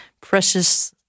precious